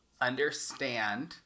understand